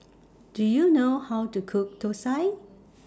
Do YOU know How to Cook Thosai